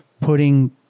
putting